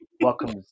Welcome